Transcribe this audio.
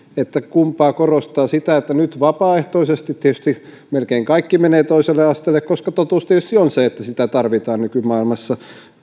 kumpaa korostaa ajatteleeko että mentäisiin vapaaehtoisesti kuten nyt melkein kaikki menevät toiselle asteelle koska totuus tietysti on se että sitä tarvitaan nykymaailmassa